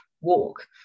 walk